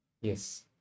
Yes